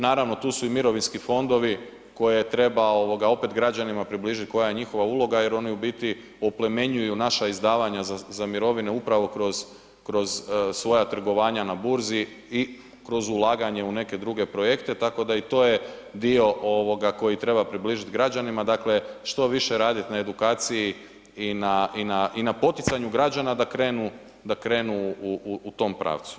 Naravno, tu su i mirovinski fondovi koje treba opet građanima približiti koja je njihova uloga jer oni u biti oplemenjuju naša izdavanja za mirovine upravo kroz svoja trgovanja na burzi i kroz ulaganje kroz neke druge projekte, tako da i to je dio koji treba približiti građanima, dakle, što više raditi na edukaciji i na poticanju građana da krenu u tom pravcu.